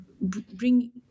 Bring